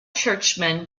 churchmen